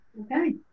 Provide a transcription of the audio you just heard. Okay